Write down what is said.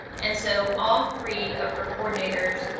and so all three of her coordinators,